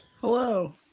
hello